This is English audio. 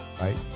right